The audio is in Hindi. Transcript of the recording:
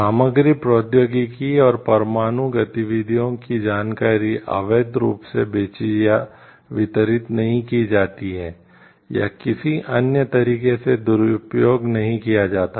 सामग्री प्रौद्योगिकी और परमाणु गतिविधियों की जानकारी अवैध रूप से बेची या वितरित नहीं की जाती है या किसी अन्य तरीके से दुरुपयोग नहीं किया जाता है